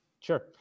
Sure